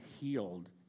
healed